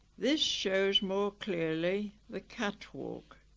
this shows more clearly the catwalk,